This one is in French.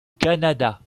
canada